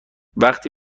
وقتشه